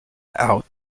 out